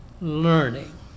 learning